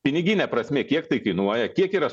pinigine prasme kiek tai kainuoja kiek yra